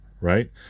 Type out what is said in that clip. Right